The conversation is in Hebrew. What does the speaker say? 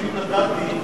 אני פשוט נתתי,